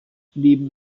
neben